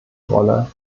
rolle